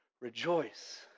Rejoice